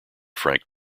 frank